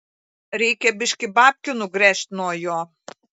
reikia biškį babkių nugręžt nuo jo